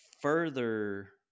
further